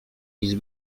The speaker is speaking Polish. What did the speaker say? list